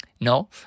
no